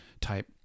type